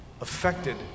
affected